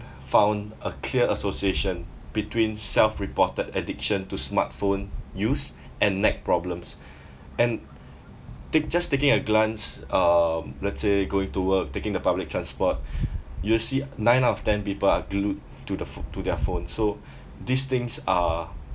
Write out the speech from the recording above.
found a clear association between self-reported addiction to smartphone use and neck problems and take just taking a glance um let's say going to work taking the public transport you'll see nine of ten people are glued to the pho~ to their phones so these things are